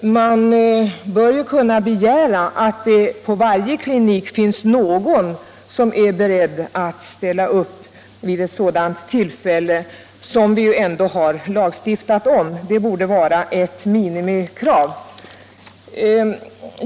Man bör ju kunna begära att det på varje klinik finns någon som är beredd att ställa upp vid en abort, något som vi ändå har lagstiftat om. Det borde vara ett minimikrav.